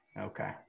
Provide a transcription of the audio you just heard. Okay